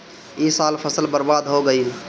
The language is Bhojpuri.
ए साल फसल बर्बाद हो गइल